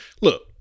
look